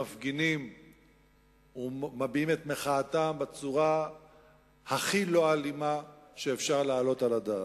מפגינים ומביעים את מחאתם בצורה הכי לא אלימה שאפשר להעלות על הדעת.